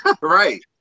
Right